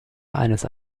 eines